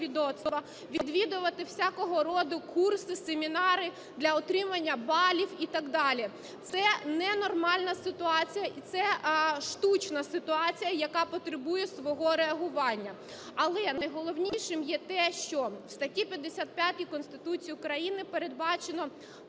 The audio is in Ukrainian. відвідувати всякого роду курси, семінари для отримання балів і так далі. Це ненормальна ситуація і це штучна ситуація, яка потребує свого реагування. Але найголовнішим є те, що в статті 55 Конституції України передбачено